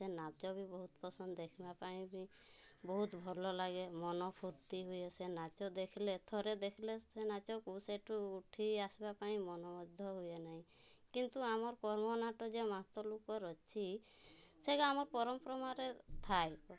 ସେ ନାଚ ବି ବହୁତ ପସନ୍ଦ ଦେଖିମା ପାଇଁ ବି ବହୁତ ଭଲ ଲାଗେ ମନ ଫୁର୍ତ୍ତି ହୁଏ ସେ ନାଚ ଦେଖିଲେ ଥରେ ଦେଖିଲେ ସେ ନାଚକୁ ସେଠୁ ଉଠି ଆସିବା ପାଇଁ ମନ ମଧ୍ୟ ହୁଏ ନାହିଁ କିନ୍ତୁ ଆମର କର୍ମ ନାଟ ଯେ ମାତ ଲୁକର୍ ଅଛି ସେଗା ଆମ ପରମ୍ପରାରେ ଥାଏ